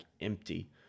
empty